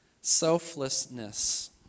selflessness